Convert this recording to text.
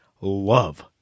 love